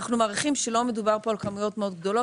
אנחנו מעריכים שלא מדובר כאן על כמויות מאוד גדולות.